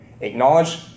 Acknowledge